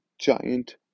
giant